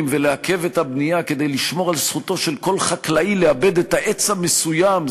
ולעכב את הבנייה כדי לשמור על זכותו של כל חקלאי לעבד את העץ המסוים,